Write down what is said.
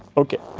ok.